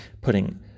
putting